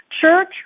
church